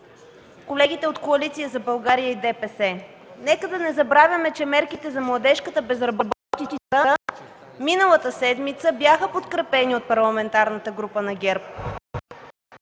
колегите от Коалиция за България и ДПС. Нека да не забравяме, че мерките за младежката безработица миналата седмица бяха подкрепени от Парламентарната група на ГЕРБ.